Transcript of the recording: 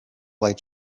light